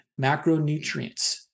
macronutrients